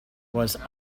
was